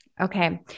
Okay